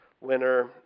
winner